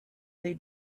they